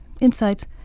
insights